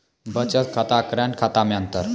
बचत खाता करेंट खाता मे अंतर?